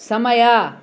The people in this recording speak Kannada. ಸಮಯ